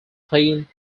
plain